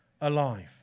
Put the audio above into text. alive